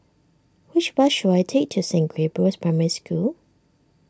which bus should I take to Saint Gabriel's Primary School